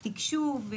תקשוב,